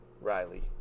Riley